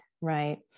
Right